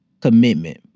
commitment